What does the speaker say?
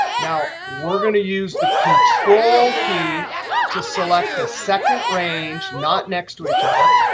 now, we're going to use the control key to select a second range not next to each other.